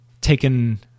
taken